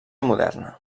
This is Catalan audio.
moderna